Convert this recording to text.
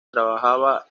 trabajaba